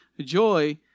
Joy